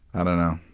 i don't know.